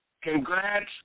Congrats